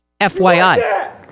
FYI